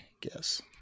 guess